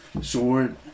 Sword